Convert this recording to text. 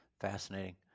Fascinating